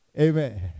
Amen